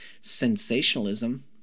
sensationalism